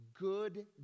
good